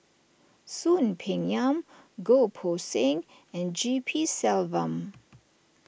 Soon Peng Yam Goh Poh Seng and G P Selvam